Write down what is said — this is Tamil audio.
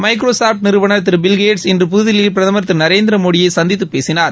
மைக்ரோசாப்ட் நிறுவனா் திரு பில்கேட்ஸ் இன்று புதுதில்லியில் பிரதமா் திரு நரேந்திரமோடியை சந்தித்து பேசினார்